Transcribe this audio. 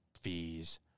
fees